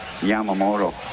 Yamamoto